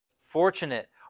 Fortunate